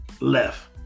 left